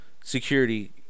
Security